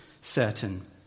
certain